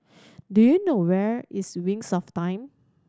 do you know where is Wings of Time